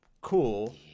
cool